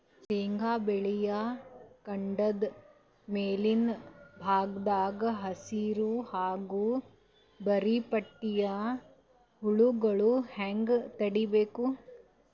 ಶೇಂಗಾ ಬೆಳೆಯ ಕಾಂಡದ ಮ್ಯಾಲಿನ ಭಾಗದಾಗ ಹಸಿರು ಹಾಗೂ ಬಿಳಿಪಟ್ಟಿಯ ಹುಳುಗಳು ಹ್ಯಾಂಗ್ ತಡೀಬೇಕು?